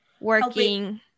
working